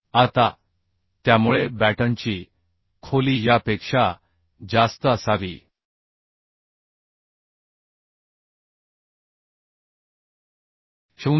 आता त्यामुळे बॅटनची खोली यापेक्षा जास्त असावी 0